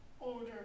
older